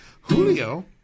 Julio